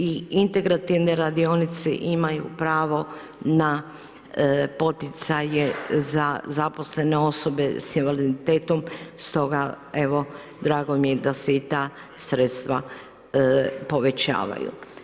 I integrativne radionice imaju pravo na poticaje za zaposlene osobe sa invaliditetom stoga evo drago mi je da se i ta sredstva povećavaju.